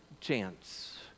chance